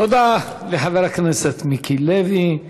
תודה לחבר הכנסת מיקי לוי.